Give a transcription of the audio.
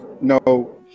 No